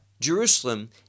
jerusalem